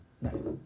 Nice